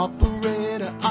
Operator